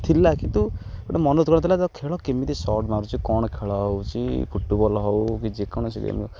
ଥିଲା କିନ୍ତୁ ଗୋଟେ ମନସ୍ଥ କରିଥିଲା ଯ ଖେଳ କେମିତି ସର୍ଟ୍ ମାରୁଛି କ'ଣ ଖେଳ ହେଉଛି ଫୁଟବଲ୍ ହଉ କି ଯେକୌଣସି ଗେମ୍